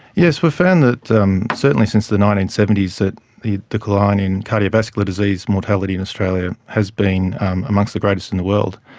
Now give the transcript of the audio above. yes, we've found that um certainly since the nineteen seventy s that the decline in cardiovascular disease mortality in australia has been amongst the greatest in the world.